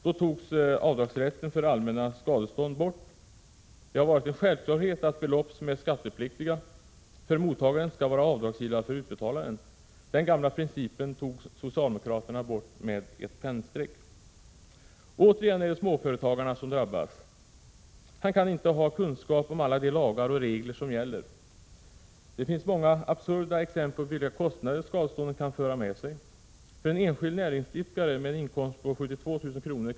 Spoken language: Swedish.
Då togs avdragsrätten för allmänna skadestånd bort. Det har varit en självklarhet att belopp som är skattepliktiga för mottagaren skall vara avdragsgilla för utbetalaren. Den gamla principen tog socialdemokraterna bort med ett pennstreck. Återigen är det småföretagaren som drabbas. Han kan inte ha kunskapen om alla de lagar och regler som gäller. Det finns många absurda exempel på vilka kostnader skadestånden kan föra med sig. För en enskild näringsidkare med en inkomst på 72 000 kr.